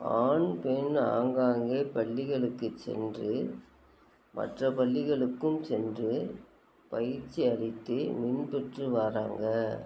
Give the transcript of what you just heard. ஆண் பெண் ஆங்காங்கே பள்ளிகளுக்கு சென்று மற்ற பள்ளிகளுக்கும் சென்று பயிற்சி அளித்து வின் பெற்று வராங்க